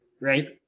Right